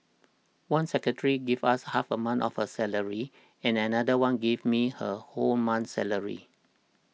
one secretary gave us half a month of her salary and another one gave me her whole month's salary